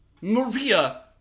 Maria